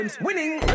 winning